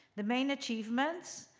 the main achievement,